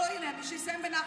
הינה, שיסיים בנחת.